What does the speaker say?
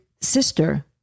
sister